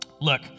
Look